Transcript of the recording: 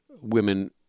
women